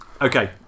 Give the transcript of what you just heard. okay